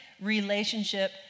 relationship